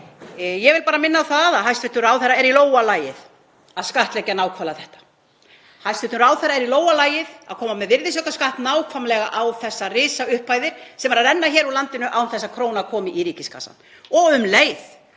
Ég vil bara minna á það að hæstv. ráðherra er í lófa lagið að skattleggja nákvæmlega þetta. Hæstv. ráðherra er í lófa lagið að koma með virðisaukaskatt á nákvæmlega þessar risaupphæðir sem eru að renna úr landi án þess að króna komi í ríkiskassann. Um leið